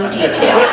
detail